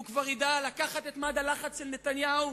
הוא כבר ידע לקחת את מד הלחץ של נתניהו,